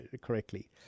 correctly